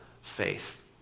faith